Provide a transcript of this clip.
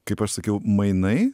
kaip aš sakiau mainai